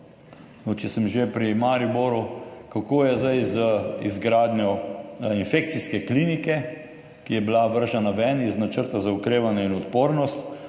Če sem že pri Mariboru, kako je zdaj z izgradnjo infekcijske klinike, ki je bila vržena ven iz načrta za okrevanje in odpornost.